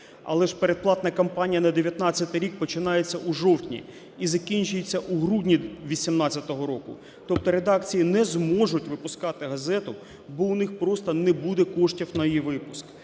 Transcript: але ж передплатна кампанія на 19-й рік починається у жовтні і закінчується у грудні 18-го року. Тобто редакції не зможуть випускати газету, бо у них просто не буде коштів на її випуск.